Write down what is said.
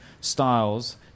styles